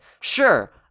Sure